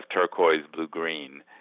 turquoise-blue-green